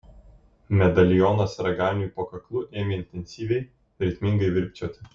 medalionas raganiui po kaklu ėmė intensyviai ritmingai virpčioti